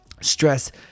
Stress